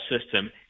system